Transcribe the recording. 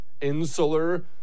insular